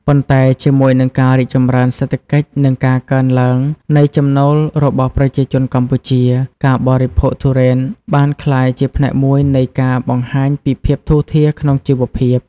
ប៉ុន្តែជាមួយនឹងការរីកចម្រើនសេដ្ឋកិច្ចនិងការកើនឡើងនៃចំណូលរបស់ប្រជាជនកម្ពុជា ការបរិភោគទុរេនបានក្លាយជាផ្នែកមួយនៃការបង្ហាញពីភាពធូរធារក្នុងជីវភាព។